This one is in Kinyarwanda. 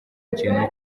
ikintu